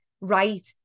right